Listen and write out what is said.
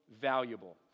valuable